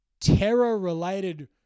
terror-related